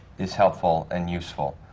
is helpful and useful.